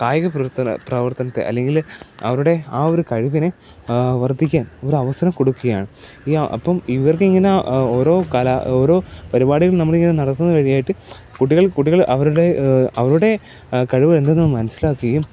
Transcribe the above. കായിക പ്രവർത്തനത്തെ അല്ലെങ്കിൽ അവരുടെ ആ ഒരു കഴിവിനെ വർദ്ധിക്കാൻ ഒരു അവസരം കൊടുക്കുകയാണ് ഈ അപ്പം ഇവർക്ക് ഇങ്ങനെ ഓരോ കലാ ഓരോ പരുപാടികൾ നമ്മൾ ഇങ്ങനെ നടത്തുന്ന വഴിയായിട്ട് കുട്ടികൾ കുട്ടികൾ അവരുടെ അവരുടെ കഴിവ് എന്തെന്ന് മനസിലാക്കുകയും